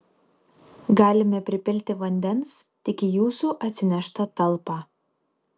galime pripilti vandens tik į jūsų atsineštą talpą